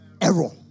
error